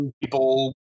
people